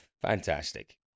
Fantastic